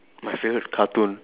my favourite cartoon